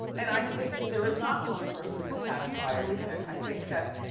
and i think that there is not one person who can satisfy everything. i think that,